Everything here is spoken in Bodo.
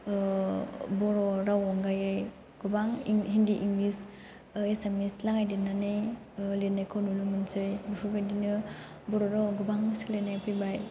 बर' राव अनगायै गोबां हिन्दी इंलिस एसामिस लागाय देरनानै लिरनायखौ नुनो मोनसै बेफोर बायदिनो बर' रावाव गोबां सोलायनाय फैबाय